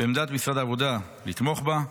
עמדת משרד העבודה לתמוך בה.